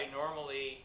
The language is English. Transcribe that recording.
normally